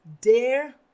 dare